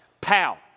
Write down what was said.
pow